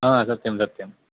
हा सत्यं सत्यं